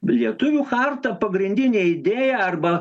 lietuvių charta pagrindinė idėja arba